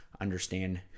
understand